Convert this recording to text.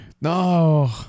No